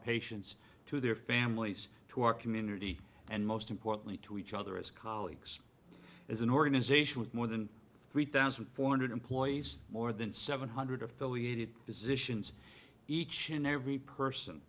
patients to their families to our community and most importantly to each other as colleagues as an organization with more than three thousand four hundred employees more than seven hundred affiliated physicians each and every person